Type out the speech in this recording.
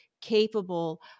capable